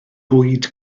bwyd